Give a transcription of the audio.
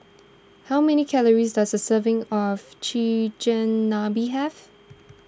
how many calories does a serving of Chigenabe have